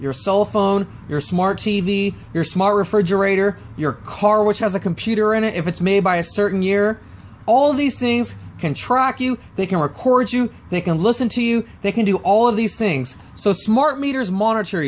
your cell phone your smart t v your smart refrigerator your car which has a computer in it if it's made by a certain year all these things can track you they can record you they can listen to you they can do all of these things so smart meters monitor